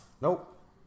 Nope